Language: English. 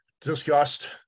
discussed